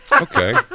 okay